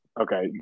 okay